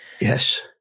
Yes